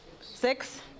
Six